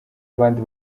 abandi